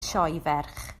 sioeferch